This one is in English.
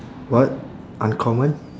what uncommon